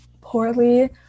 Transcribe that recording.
poorly